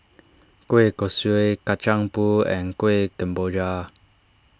Kueh Kosui Kacang Pool and Kuih Kemboja